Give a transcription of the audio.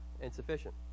insufficient